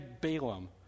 Balaam